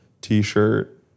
T-shirt